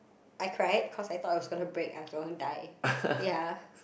I cried cause I thought it was gonna break I was gonna die ya